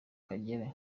kagere